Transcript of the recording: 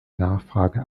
nachfrage